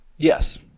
Yes